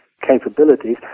capabilities